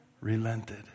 relented